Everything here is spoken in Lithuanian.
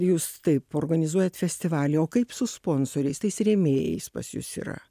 jūs taip organizuojat festivalį o kaip su sponsoriais tais rėmėjais pas jus yra